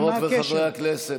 חברות וחברי הכנסת,